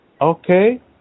okay